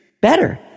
Better